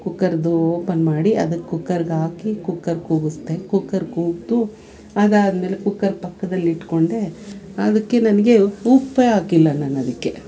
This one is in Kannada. ಕುಕ್ಕರ್ದು ಓಪನ್ ಮಾಡಿ ಅದು ಕುಕ್ಕರ್ಗೆ ಹಾಕಿ ಕುಕ್ಕರ್ ಕೂಗಿಸ್ದೆ ಕುಕ್ಕರ್ ಕೂಗಿತು ಅದಾದಮೇಲೆ ಕುಕ್ಕರ್ ಪಕ್ಕದಲ್ಲಿಟ್ಕೊಂಡೆ ಅದಕ್ಕೆ ನನಗೆ ಉಪ್ಪೇ ಹಾಕಿಲ್ಲ ನಾನು ಅದಕ್ಕೆ